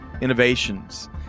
innovations